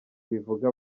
bivuga